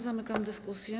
Zamykam dyskusję.